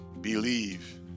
believe